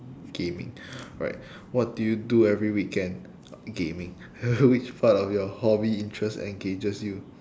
gaming alright what do you do every weekend gaming which part of your hobby interest engages you